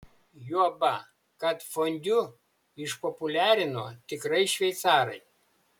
juoba kad fondiu išpopuliarino tikrai šveicarai